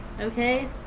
Okay